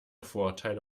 vorurteile